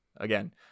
again